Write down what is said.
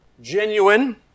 genuine